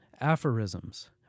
aphorisms